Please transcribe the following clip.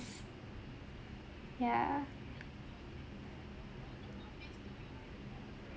yeah